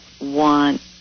want